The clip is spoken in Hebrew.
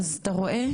אז אתה רואה,